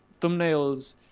Thumbnails